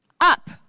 up